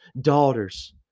daughters